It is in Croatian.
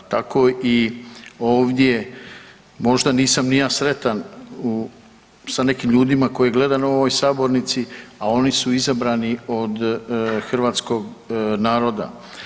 Tako i ovdje, možda nisam ni ja sretan sa nekim ljudima koje gledam u ovoj sabornici, a oni su izabrani od Hrvatskog naroda.